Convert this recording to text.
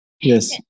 Yes